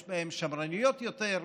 יש בהן שמרניות יותר,